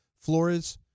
Flores